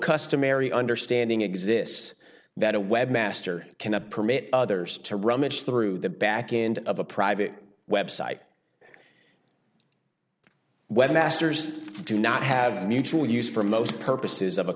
customary understanding exists that a webmaster cannot permit others to rummage through the backend of a private website webmasters do not have mutual use for most purposes of a